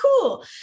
cool